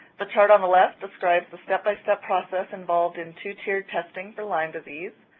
the chart on the left describes the step-by-step process involved in two-tiered testing for lyme disease.